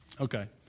Okay